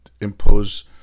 Impose